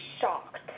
shocked